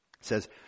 says